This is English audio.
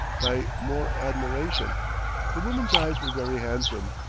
by more admiration the woman's eyes were very handsome,